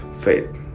faith